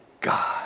God